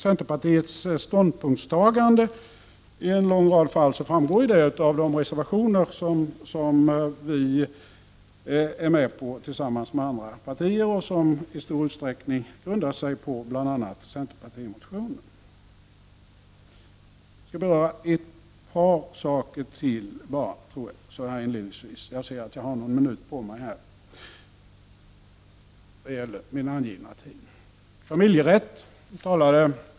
Centerpartiets ståndpunktstagande i en lång rad fall framgår av de reservationer som centern är med på tillsammans med andra partier och som i stor utsträckning grundar sig på bl.a. centerpartimotioner. Bara ett par saker till. Hans Nyhage talade om familjerätten.